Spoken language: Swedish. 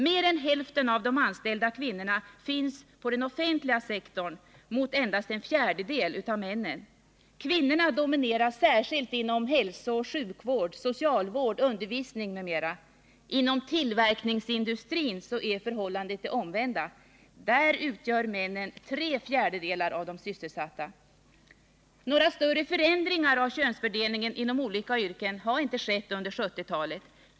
Mer än hälften av de anställda kvinnorna finns på den offentliga sektorn mot endast en fjärdedel av männen. Kvinnorna dominerar särskilt inom hälsooch sjukvård, socialvård, undervisning m.m. Inom tillverkningsindustrin är förhållandet det omvända —- där utgör männen tre fjärdedelar av de sysselsatta. Några större förändringar av könsfördelningen inom olika yrken har inte skett under 1970-talet.